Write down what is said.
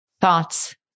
thoughts